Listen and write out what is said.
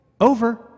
Over